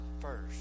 first